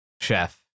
chef